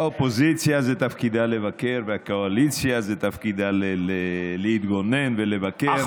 האופוזיציה תפקידה לבקר והקואליציה תפקידה להתגונן ולבקר.